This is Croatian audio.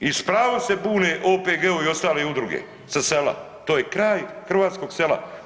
I s pravo se bune OPG-ovi i ostale udruge sa sela, to je kraj hrvatskog sela.